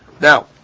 Now